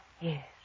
Yes